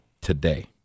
today